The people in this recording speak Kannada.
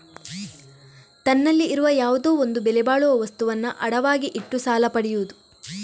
ತನ್ನಲ್ಲಿ ಇರುವ ಯಾವುದೋ ಒಂದು ಬೆಲೆ ಬಾಳುವ ವಸ್ತುವನ್ನ ಅಡವಾಗಿ ಇಟ್ಟು ಸಾಲ ಪಡಿಯುದು